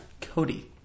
Cody